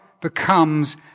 becomes